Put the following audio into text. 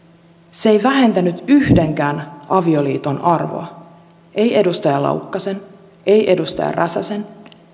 se ei vähentänyt yhdenkään arvioliiton arvoa ei edustaja laukkasen ei edustaja räsäsen